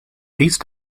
these